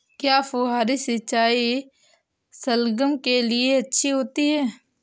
क्या फुहारी सिंचाई शलगम के लिए अच्छी होती है?